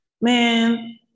Man